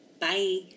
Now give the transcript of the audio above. Bye